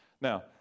Now